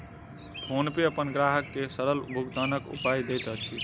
PhonePe अपन ग्राहक के सरल भुगतानक उपाय दैत अछि